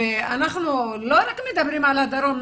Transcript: אנחנו לא רק מדברים על הדרום.